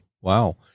Wow